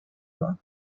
yna